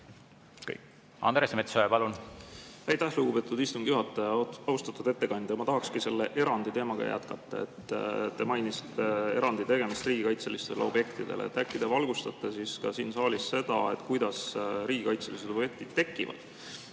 Andres Metsoja, palun!